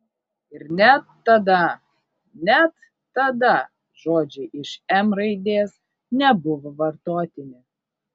ir net tada net tada žodžiai iš m raidės nebuvo vartotini